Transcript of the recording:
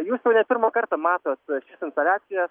jūs jau ne pirmą kartą matot šias instaliacijas